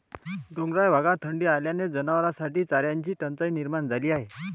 डोंगराळ भागात थंडी असल्याने जनावरांसाठी चाऱ्याची टंचाई निर्माण झाली आहे